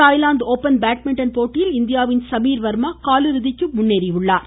Thailand open badminton போட்டியில் இந்தியாவின் சமீர் வர்மா காலிறுதிக்கு முன்னேறியுள்ளார்